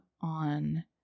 on